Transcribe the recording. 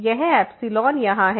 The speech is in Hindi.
यह यहाँ है